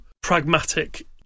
pragmatic